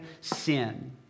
sin